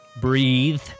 breathe